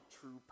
true